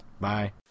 bye